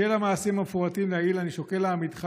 בשל המעשים המפורטים לעיל אני שוקל להעמידך